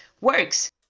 works